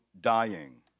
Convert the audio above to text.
dying